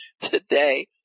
Today